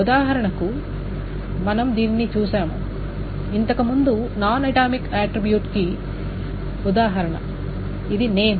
ఉదాహరణకు మనం దీనిని చూశాము ఇంతకుముందు నాన్ అటామిక్ ఆట్రిబ్యూట్ కి ఉదాహరణ ఇది నేమ్